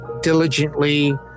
diligently